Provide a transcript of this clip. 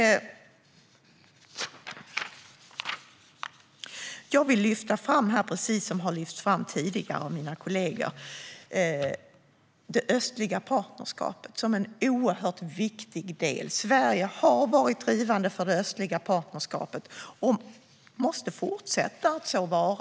Precis som tidigare har lyfts fram av mina kollegor vill även jag lyfta fram det östliga partnerskapet som en oerhört viktig del. Sverige har varit drivande för det östliga partnerskapet och måste fortsätta att vara det.